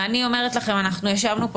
ואני אומרת לכם: אנחנו ישבנו פה